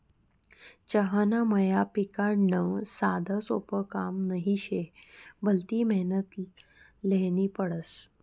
चहाना मया पिकाडनं साधंसोपं काम नही शे, भलती मेहनत ल्हेनी पडस